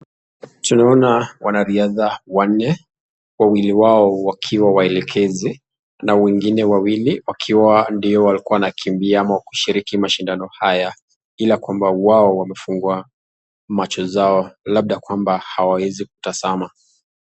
Tunaona wanariadha wanne, wawili wao wakiwa waelekezi, na wengine wawili wakiwa ndio walikua wanakimbia ama kushiriki mashindano haya, ila kwamba wao wamefungwa macho zao, labda kwamba hawaezi tazama.